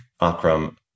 Akram